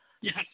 Yes